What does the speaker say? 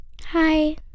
Hi